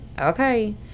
okay